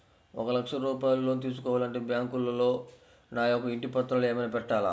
ఒక లక్ష రూపాయలు లోన్ తీసుకోవాలి అంటే బ్యాంకులో నా యొక్క ఇంటి పత్రాలు ఏమైనా పెట్టాలా?